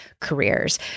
careers